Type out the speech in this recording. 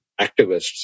activists